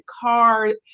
car